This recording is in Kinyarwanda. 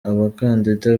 abakandida